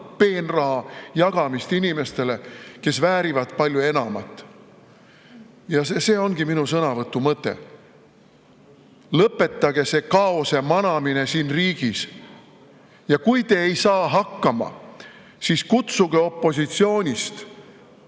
peenraha jagamist inimestele, kes väärivad palju enamat. See ongi minu sõnavõtu mõte. Lõpetage see kaose manamine siin riigis. Kui te ei saa hakkama, siis kutsuge opositsioonist